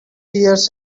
hears